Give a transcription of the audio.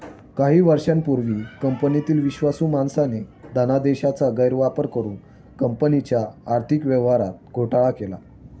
काही वर्षांपूर्वी कंपनीतील विश्वासू माणसाने धनादेशाचा गैरवापर करुन कंपनीच्या आर्थिक व्यवहारात घोटाळा केला